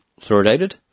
fluoridated